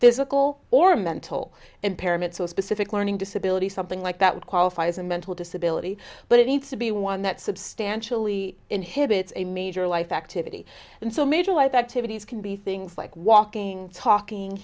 physical or mental impairment so a specific learning disability something like that would qualify as a mental disability but it needs to be one that substantially inhibits a major life activity and so major life activities can be things like walking talking